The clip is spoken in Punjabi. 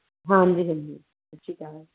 ਹਾਂਜੀ ਹਾਂਜੀ ਸਤਿ ਸ਼੍ਰੀ ਅਕਾਲ